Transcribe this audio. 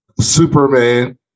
Superman